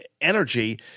energy